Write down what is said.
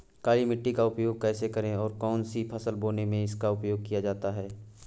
काली मिट्टी का उपयोग कैसे करें और कौन सी फसल बोने में इसका उपयोग किया जाता है?